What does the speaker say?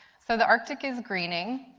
so the arctic is greening,